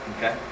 Okay